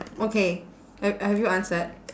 okay have have you answered